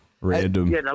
random